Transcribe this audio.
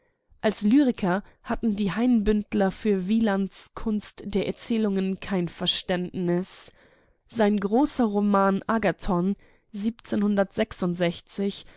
als lyriker hatten die hainbündler für wielands kunst der erzählung kein verständnis sein großer roman agathon